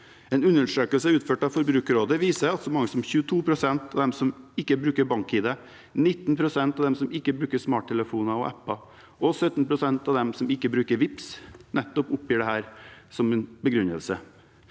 En undersøkelse utført av Forbrukerrådet viser at så mange som 22 pst. av dem som ikke bruker BankID, 19 pst. av dem som ikke bruker smarttelefoner og apper, og 17 pst. av dem som ikke bruker Vipps, nettopp oppgir dette som begrunnelse.